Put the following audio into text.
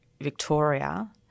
Victoria